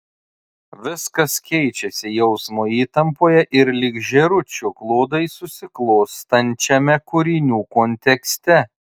viskas keičiasi jausmo įtampoje ir lyg žėručio klodai susiklostančiame kūrinių kontekste